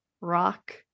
rock